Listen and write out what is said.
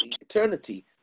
eternity